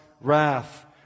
wrath